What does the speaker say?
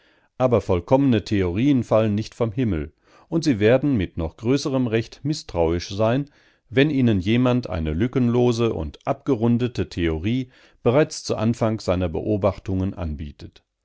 aber vollkommene theorien fallen nicht vom himmel und sie werden mit noch größerem recht mißtrauisch sein wenn ihnen jemand eine lückenlose und abgerundete theorie bereits zu anfang seiner beobachtungen anbietet